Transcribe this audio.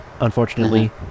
unfortunately